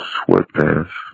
sweatpants